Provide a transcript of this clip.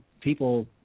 people